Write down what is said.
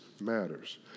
matters